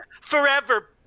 Forever